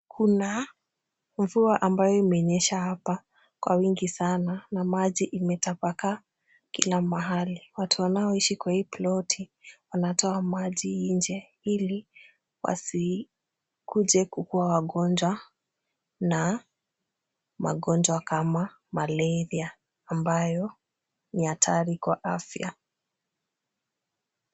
Kuna mvua ambayo imenyesha hapa kwa wingi sana na maji imetapaka kila mahali. Watu wanaoishi kwa hii ploti wanatoa maji nje ili wasikuje kukuwa wagonjwa na magonjwa kama malaria ambayo ni hatari kwa afya.